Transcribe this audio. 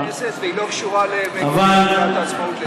בכנסת, והיא לא קשורה למגילת העצמאות, לצערי.